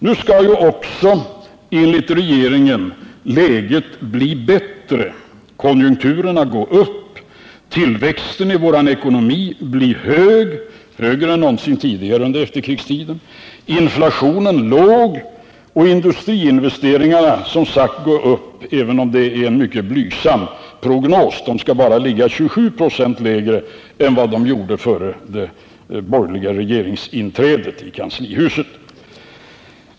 Nu skall också, enligt regeringen, läget bli bättre, konjunkturerna gå upp, tillväxten i vår ekonomi bli hög — högre än någonsin tidigare under efterkrigstiden — och inflationen låg. Industriinvesteringarna skall som sagt gå upp, även om prognosen därvidlag är mycket blygsam; de skall bara ligga 27 96 lägre än de gjorde före det borgerliga regeringsinträdet i kanslihuset.